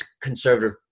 conservative